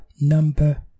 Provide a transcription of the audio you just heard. number